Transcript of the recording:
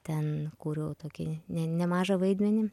ten kūriau tokį ne nemažą vaidmenį